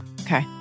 okay